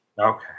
Okay